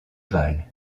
valle